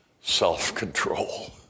Self-control